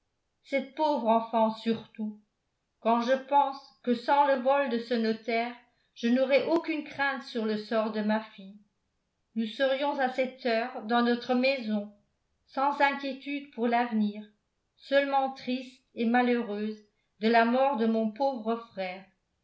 cette pauvre enfant surtout quand je pense que sans le vol de ce notaire je n'aurais aucune crainte sur le sort de ma fille nous serions à cette heure dans notre maison sans inquiétude pour l'avenir seulement tristes et malheureuses de la mort de mon pauvre frère